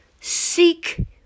Seek